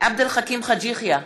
עבד אל חכים חאג' יחיא,